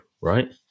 right